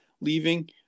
leaving